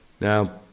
Now